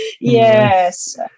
Yes